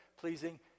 pleasing